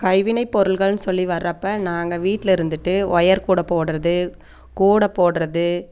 கைவினைப் பொருள்கள்ன்னு சொல்லி வர்றப்போ நாங்கள் வீட்டில் இருந்துகிட்டு ஒயர் கூடை போடுறது கூடை போடுறது